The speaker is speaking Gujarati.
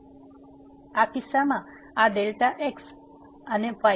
તેથી આ કિસ્સામાં આ xy